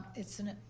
it's a